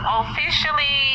officially